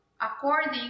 according